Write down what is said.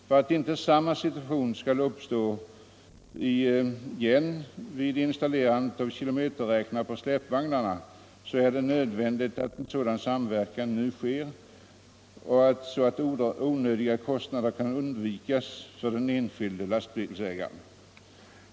För att inte samma situation skall uppstå igen vid installerandet av kilometerräknare på släpvagnarna är det nödvändigt att en sådan samverkan nu sker, så att onödiga kostnader kan undvikas för den enskilde lastbilsägaren.